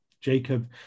Jacob